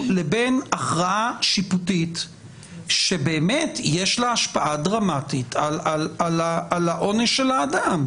לבין הכרעה שיפוטית שבאמת יש לה השפעה דרמטית על העונש של האדם,